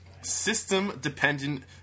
system-dependent